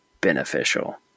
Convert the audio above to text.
beneficial